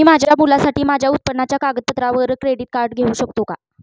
मी माझ्या मुलासाठी माझ्या उत्पन्नाच्या कागदपत्रांवर क्रेडिट कार्ड घेऊ शकतो का?